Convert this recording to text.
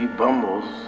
bumbles